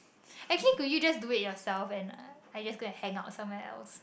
actually could you just do it yourself and I just go and hangout somewhere else